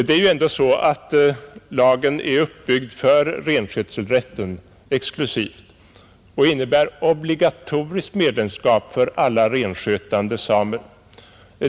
Det är ju på det sättet att lagen är uppbyggd för renskötselrätten exklusivt och förutsätter obligatoriskt medlemskap för alla renskötande samer.